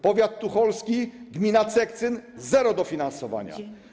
Powiat tucholski: gmina Cekcyn - zero dofinansowania.